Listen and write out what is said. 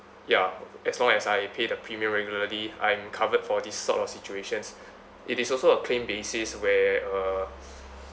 ya as long as I pay the premium regularly I'm covered for this sort of situations it is also a claim basis where uh